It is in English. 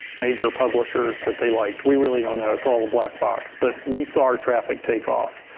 major publishers that they like. we really don't know. it's all a black box. but we saw our traffic take off.